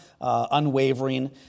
unwavering